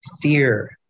fear